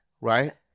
Right